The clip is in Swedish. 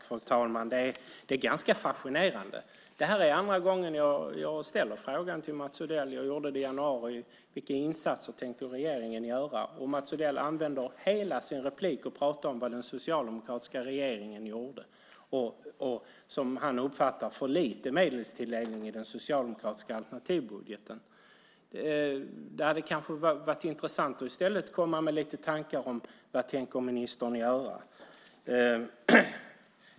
Fru talman! Detta är ganska fascinerande. Det här är andra gången jag frågar Mats Odell - jag gjorde det även i januari - vilka insatser regeringen tänker göra. Mats Odell använder hela sin talartid till att tala om vad den socialdemokratiska regeringen gjorde och att bostadsbyggandet, som han uppfattar det, får för lite medelstilldelning i den socialdemokratiska alternativbudgeten. Det hade kanske varit intressant att i stället komma med några tankar om vad ministern tänker göra.